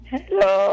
Hello